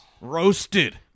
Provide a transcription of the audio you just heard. roasted